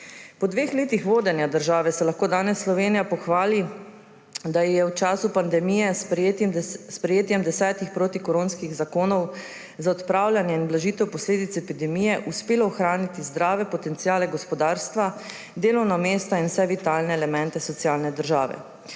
Po dveh letih vodenja države se lahko danes Slovenija pohvali, da ji je v času pandemije s sprejetjem 10 protikoronskih zakonov za odpravljanje in blažitev posledic epidemije uspelo ohraniti zdrave potenciale gospodarstva, delovna mesta in vse vitalne elemente socialne države.